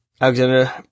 Alexander